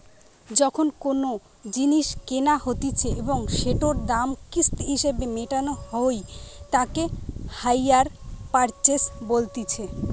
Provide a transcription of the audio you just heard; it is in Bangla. যখন কোনো জিনিস কেনা হতিছে এবং সেটোর দাম কিস্তি হিসেবে মেটানো হই তাকে হাইয়ার পারচেস বলতিছে